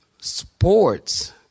sports